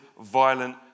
violent